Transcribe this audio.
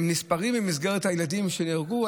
הם נספרים במסגרת הילדים הערבים שנהרגו,